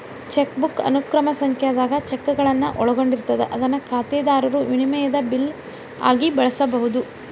chequebook ಅನುಕ್ರಮ ಸಂಖ್ಯಾದಾಗ ಚೆಕ್ಗಳನ್ನ ಒಳಗೊಂಡಿರ್ತದ ಅದನ್ನ ಖಾತೆದಾರರು ವಿನಿಮಯದ ಬಿಲ್ ಆಗಿ ಬಳಸಬಹುದು